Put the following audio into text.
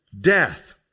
death